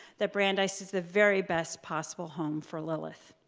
that brandeis is the very best possible home for lilith.